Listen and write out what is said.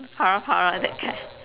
para-para that kind